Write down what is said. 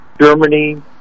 Germany